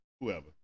Whoever